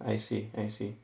I see I see